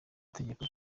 tegeko